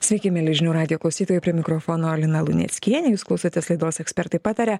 sveiki mieli žinių radijo klausytojai prie mikrofono lina luneckienė jūs klausotės laidos ekspertai pataria